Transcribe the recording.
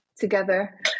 together